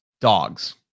dogs